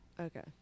Okay